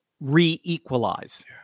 re-equalize